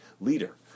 leader